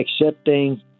accepting